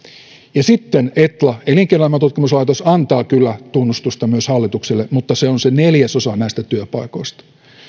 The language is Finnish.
ja sitten etla elinkeinoelämän tutkimuslaitos antaa kyllä tunnustusta myös hallitukselle mutta se on se neljäsosa näistä työpaikoista